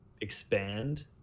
expand